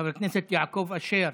חבר הכנסת יעקב אשר,